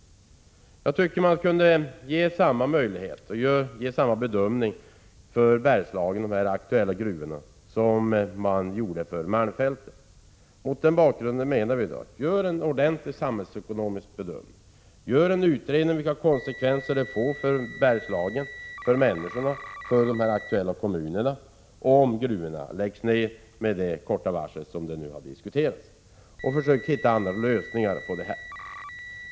Man borde kunna göra samma bedömning och ge samma möjlighet för de aktuella gruvorna i Bergslagen som man gjorde för malmfälten. Mot den bakgrunden menar vi att man bör göra en ordentlig samhällsekonomisk bedömning och utreda vilka konsekvenser det får för Bergslagen — för människorna där och för de aktuella kommunerna — om gruvorna läggs ned med det korta varsel som nu har diskuterats. Man bör försöka hitta andra lösningar på problemen.